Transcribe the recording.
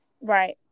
Right